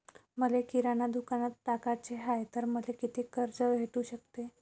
मले किराणा दुकानात टाकाचे हाय तर मले कितीक कर्ज भेटू सकते?